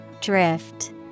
Drift